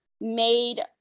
made